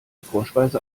vorspeise